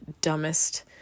dumbest